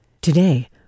Today